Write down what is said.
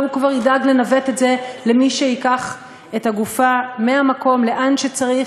והוא כבר ידאג לנווט את זה למי שייקח את הגופה מהמקום לאן שצריך,